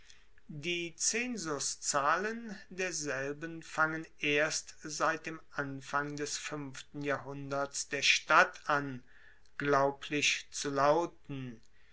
die zensuszahlen derselben fangen erst seit dem anfang des fuenften jahrhunderts der stadt an glaublich zu lauten